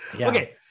Okay